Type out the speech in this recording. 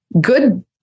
good